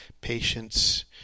patience